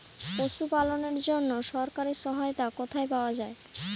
পশু পালনের জন্য সরকারি সহায়তা কোথায় পাওয়া যায়?